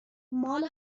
مال